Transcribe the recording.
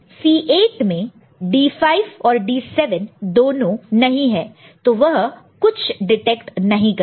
C8 में D5 और D7 दोनों नहीं है तो वह कुछ डिटेक्ट नहीं करेगा